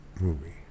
movie